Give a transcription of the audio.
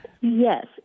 Yes